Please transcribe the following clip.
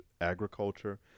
agriculture